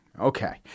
Okay